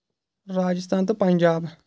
راجستان تہٕ پَنجاب